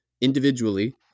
individually